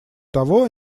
того